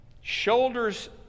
Shoulders